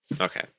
Okay